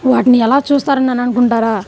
వాటిని ఎలా చూస్తారు అని అనుకుంటారా